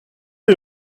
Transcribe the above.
est